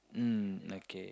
mm okay